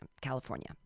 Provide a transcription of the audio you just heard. california